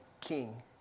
King